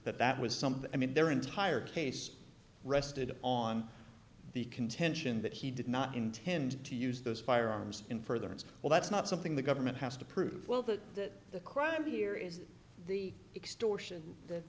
that that was something i mean their entire case rested on the contention that he did not intend to use those firearms in furtherance well that's not something the government has to prove well that the crime here is the extortion the